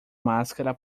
máscara